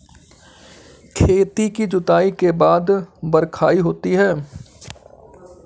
खेती की जुताई के बाद बख्राई होती हैं?